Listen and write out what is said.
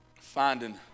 finding